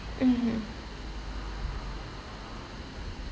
mmhmm